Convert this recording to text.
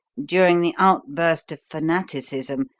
during the outburst of fanaticism,